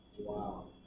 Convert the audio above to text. wow